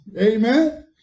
Amen